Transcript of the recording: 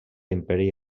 imperi